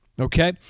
Okay